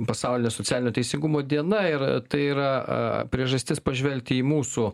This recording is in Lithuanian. pasaulinė socialinio teisingumo diena ir tai yra a priežastis pažvelgti į mūsų